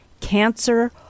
cancer